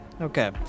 Okay